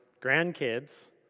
grandkids